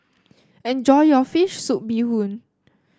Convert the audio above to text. enjoy your fish soup Bee Hoon